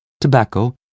tobacco